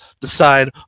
decide